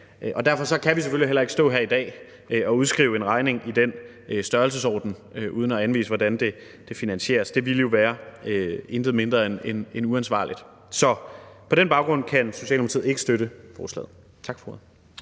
og derfor kan vi selvfølgelig heller ikke stå her i dag og udskrive en regning i den størrelsesorden uden at anvise, hvordan det finansieres. Det ville jo være intet mindre end uansvarligt. Så på den baggrund kan Socialdemokratiet ikke støtte forslaget.